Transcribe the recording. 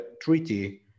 treaty